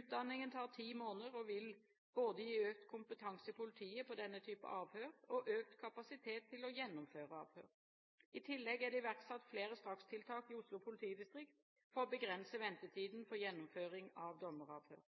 Utdanningen tar ti måneder og vil gi både økt kompetanse i politiet på denne type avhør og økt kapasitet til å gjennomføre avhør. I tillegg er det iverksatt flere strakstiltak i Oslo politidistrikt for å begrense ventetiden for gjennomføring av dommeravhør.